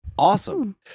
Awesome